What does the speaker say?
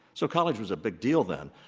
so college was a big deal then.